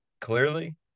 clearly